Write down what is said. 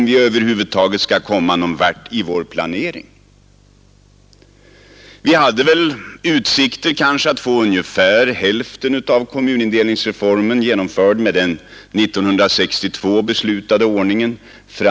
Vi hade kanske utsikter till att fram till årsskiftet 1971 få ungefär hälften av kommunindelningsreformen genomförd med den 1962 beslutade ordningen.